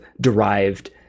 derived